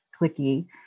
clicky